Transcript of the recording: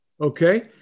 Okay